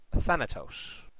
Thanatos